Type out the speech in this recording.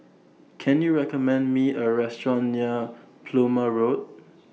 Can YOU recommend Me A Restaurant near Plumer Road